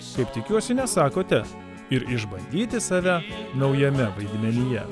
su tikiuosi nesakote ir išbandyti save naujame vaidmenyje